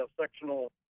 sectional